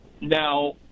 Now